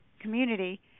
community